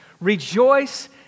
Rejoice